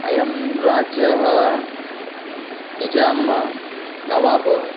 अयं राज्यः निजामः नवाबः